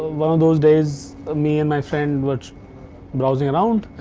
one of those days, me and my friends were browsing around.